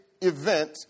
event